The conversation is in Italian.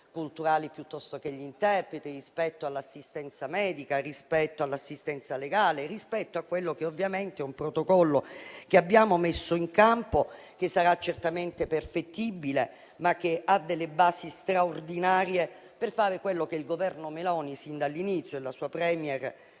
culturali piuttosto che gli interpreti, rispetto all'assistenza medica e all'assistenza legale; rispetto a un Protocollo che abbiamo messo in campo e che sarà certamente perfettibile, ma che ha delle basi straordinarie per fare quello che il Governo Meloni sin dall'inizio ha